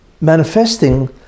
manifesting